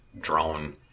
drone